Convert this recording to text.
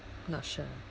not sure